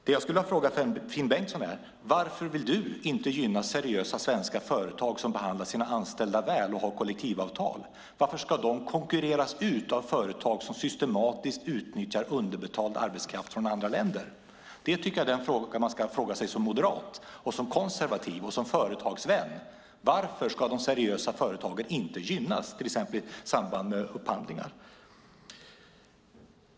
Det jag skulle vilja fråga Finn Bengtsson är: Varför vill du inte gynna seriösa svenska företag som behandlar sina anställda väl och vill ha kollektivavtal? Varför ska de konkurreras ut av företag som systematiskt utnyttjar underbetald arbetskraft från andra länder? Det är en fråga som man ska ställa sig som moderat, konservativ och företagsvän. Varför ska de seriösa företagen inte gynnas till exempel i samband med upphandlingar?